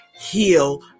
heal